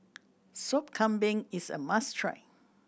Sop Kambing is a must try